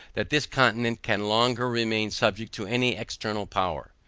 that this continent can longer remain subject to any external power.